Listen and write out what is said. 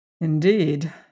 Indeed